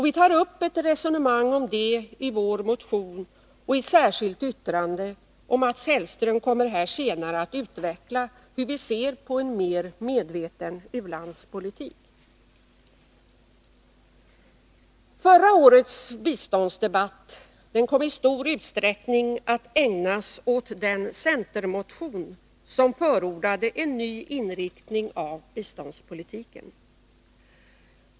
Vi tar upp ett resonemang om detta i vår motion 394 och i ett särskilt yttrande, och Mats Hellström kommer senare att utveckla hur vi ser på en mer medveten u-landspolitik. Förra årets biståndsdebatt kom i stor utsträckning att ägnas åt den centermotion som förordade en ny inriktning av biståndspolitiken.